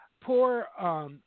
poor, –